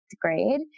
grade